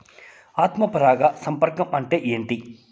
ఆత్మ పరాగ సంపర్కం అంటే ఏంటి?